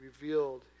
revealed